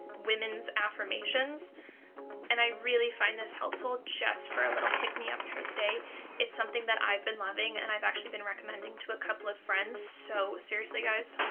women's affirmations and i really find this helpful just for a little pick-me-up through the day it's something that i've been loving and i've actually been recommending to a couple of friends so seriously guys,